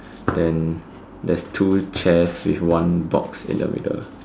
then there's two chairs with one box in the middle